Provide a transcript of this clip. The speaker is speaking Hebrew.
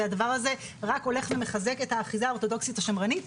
והדבר הזה רק מחזק את האחיזה האורתודוכסית השמרנית,